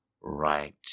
right